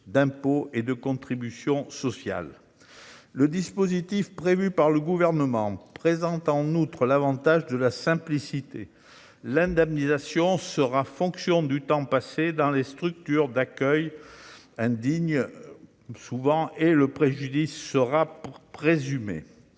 d'impôts et de contributions sociales. Le dispositif prévu par le Gouvernement présente en outre l'avantage de la simplicité. L'indemnisation sera fonction du temps passé dans l'une des structures indignes qui furent destinées à les accueillir, et le préjudice sera présumé.